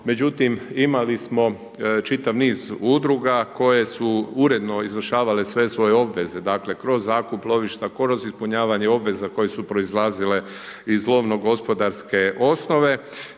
međutim, imali smo čitav niz udruga koje su uredno izvršavale sve svoje obveza, dakle, kroz zakup lovišta, kroz ispunjavanje obveza koje su proizlazile iz lovno-gospodarske osnove,